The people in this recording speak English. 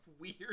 weird